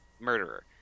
murderer